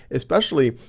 especially,